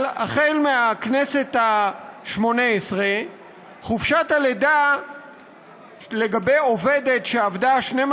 אבל החל מהכנסת השמונה-עשרה חופשת הלידה של עובדת שעבדה לפחות 12